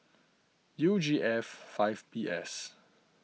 U G F five B S